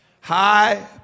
high